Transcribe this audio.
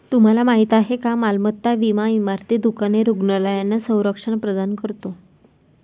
तुम्हाला माहिती आहे का मालमत्ता विमा इमारती, दुकाने, रुग्णालयांना संरक्षण प्रदान करतो